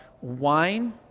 Wine